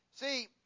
See